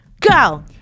go